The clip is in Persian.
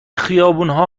خیابونها